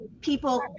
people